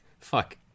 Fuck